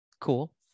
Cool